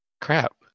crap